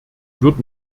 wird